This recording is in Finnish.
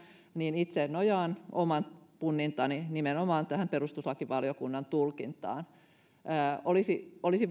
niin itse nojaan oman punnintani nimenomaan tähän perustuslakivaliokunnan tulkintaan olisi olisi